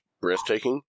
breathtaking